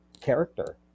character